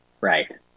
Right